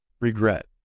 regret